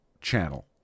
channel